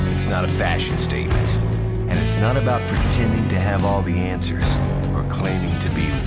it's not a fashion statement and it's not about pretending to have all the answers or claiming to be